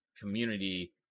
community –